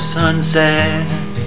sunset